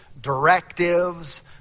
directives